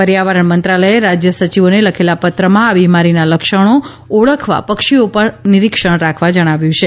પર્યાવરણ મંત્રાલયે રાજ્ય સચિવોને લખેલા પત્રમાં આ બિમારીના લક્ષણો ઓળખવા પક્ષીઓ પર નિરીક્ષણ રાખવા જણાવ્યું છે